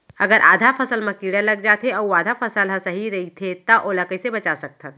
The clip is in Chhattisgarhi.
अगर आधा फसल म कीड़ा लग जाथे अऊ आधा फसल ह सही रइथे त ओला कइसे बचा सकथन?